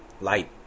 light